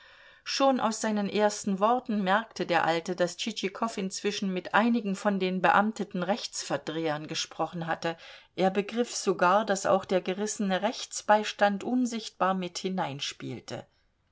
schon aus seinen ersten worten merkte der alte daß tschitschikow inzwischen mit einigen von den beamteten rechtsverdrehern gesprochen hatte er begriff sogar daß auch der gerissene rechtsbeistand unsichtbar mit hineinspielte